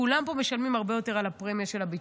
כולם פה משלמים הרבה יותר על הפרמיה של הביטוח,